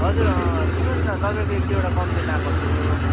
हजुर अँ सुन्नुहोस् न तपाईँको एक दुईवटा कम्प्लेन आएको थियो